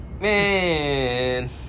Man